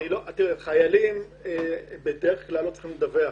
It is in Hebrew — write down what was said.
חיילים בדרך כלל לא צריכים לדווח.